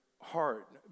heart